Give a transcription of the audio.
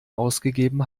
ausgegeben